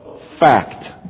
Fact